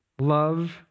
love